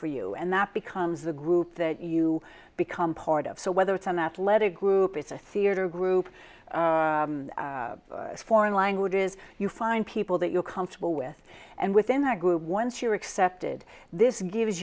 for you and that becomes the group that you become part of so whether it's an athletic group it's a theatre group as foreign languages you find people that you're comfortable with and within that group once you are accepted this gives